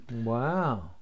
wow